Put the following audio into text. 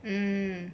hmm